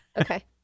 Okay